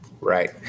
Right